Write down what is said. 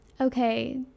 okay